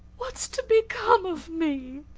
what's to become of me?